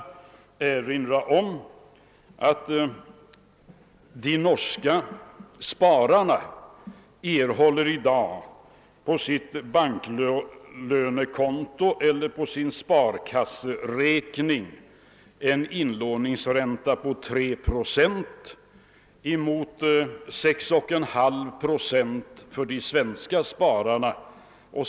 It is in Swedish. Jag kanske därför bör erinra om att de norska spararna i dag på banklönekonto eller sparkasseräkning får en ränta på 3 procent, mot 6,5 procent för de svenska spararna.